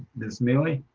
ms. miele?